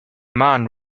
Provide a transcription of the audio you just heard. man